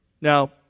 Now